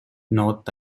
north